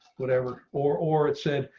whatever, or or it said,